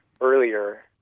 earlier